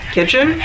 Kitchen